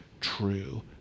true